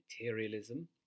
materialism